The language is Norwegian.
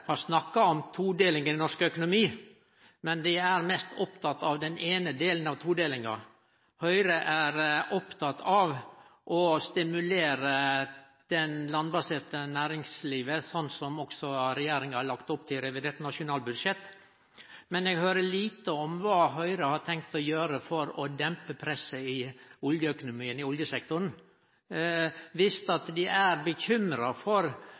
har snakka om todeling i norsk økonomi, men dei er mest opptekne av den eine delen av todelinga. Høgre er oppteke av å stimulere det landbaserte næringslivet, sånn som også regjeringa har lagt opp til i revidert nasjonalbudsjett, men eg høyrer lite om kva Høgre har tenkt å gjere for å dempe presset i oljeøkonomien, i oljesektoren. Viss dei er bekymra for